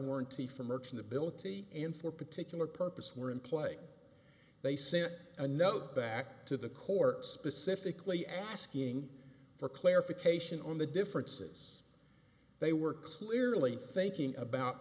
warranty for merchantability and for particular purpose were in play they sent a note back to the court specifically asking for clarification on the differences they were clearly thinking about